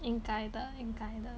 应该的应该的